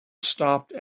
stopped